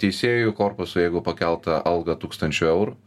teisėjų korpusą jeigu pakelta alga tūkstančiu eurų